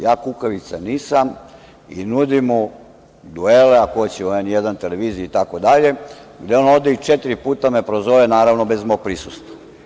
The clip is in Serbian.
Ja kukavica nisam i nudim mu duele ako hoće u N1 televiziji itd, gde on ode i četiri puta me prozove, naravno, bez mog prisustva.